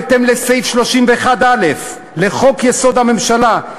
בהתאם לסעיף 31(א) לחוק-יסוד: הממשלה,